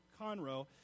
Conroe